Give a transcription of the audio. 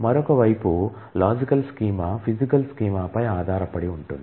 మరొక వైపు logical schema physical స్కీమాపై ఆధారపడి ఉంటుంది